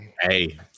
hey